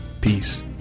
Peace